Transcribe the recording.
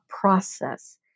process